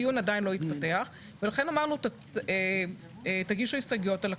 אם יהיה צורך,